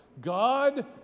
God